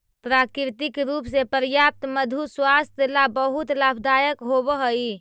प्राकृतिक रूप से प्राप्त मधु स्वास्थ्य ला बहुत लाभदायक होवअ हई